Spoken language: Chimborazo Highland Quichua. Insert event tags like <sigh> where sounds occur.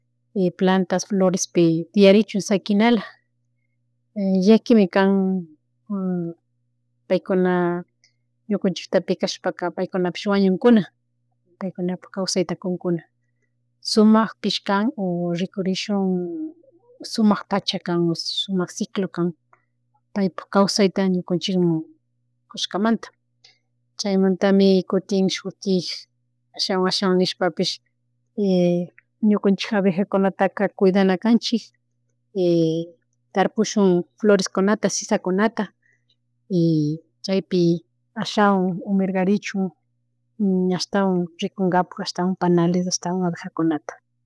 <hesitation> plantas, florespi tiyarichun shakinala, <hesitation> llakimika <hesitation> paykuna ñukanchikta pikashpaka paykunapish wañunkuna. Pawkunapuk kawsayta kunkuna sumakpish kan o rikurishun sumak pacha kan o sumak ciclo kan paypuk kawsayta ñukunchikmun kushkamanta <noise> chaymantami kutin shutik ashawan ashawan nishpapish <hesitation> ñukunchik abejakunataka kuydanakanchik y <hesitation> tarpushun floreskunata, sisakunata y chaypi ashawan <unintelligible> mirgarichun <noise> ña ashtawan rikunkapak ashtawan panales ashtawan abejakunata.